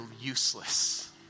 useless